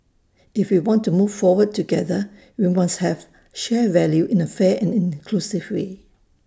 if we want to move forward together we must share value in A fair and inclusive way